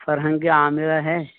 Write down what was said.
فرہنگ عامرہ ہے